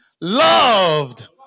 loved